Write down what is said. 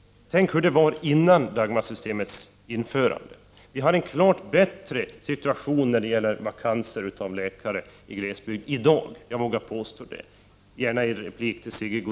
Hur var det innan Dagmarsystemet infördes? Jag vågar påstå, gärna som replik till Sigge Godin, att vi i dag har en klart bättre situation beträffande läkarvakanser i glesbygd än tidigare.